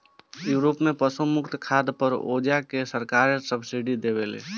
Europe में पशु मुक्त खाद पर ओजा के सरकार सब्सिडी देवेले